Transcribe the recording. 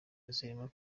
zirimo